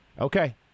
okay